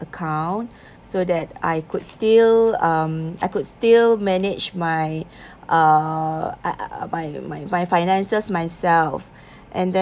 account so that I could still um I could still manage my uh I my my my finances myself